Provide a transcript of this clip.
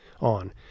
on